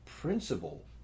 principle